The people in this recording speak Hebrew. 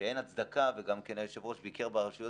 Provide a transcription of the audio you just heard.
שאין הצדקה וגם כן היושב-ראש ביקר ברשויות